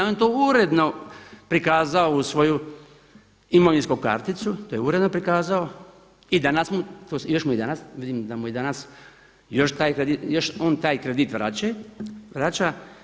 On je to uredno prikazao u svoju imovinsku karticu, to je uredno prikazao i još mu je i danas, vidim da mu je i danas još taj kredit, još on taj kredit vraća.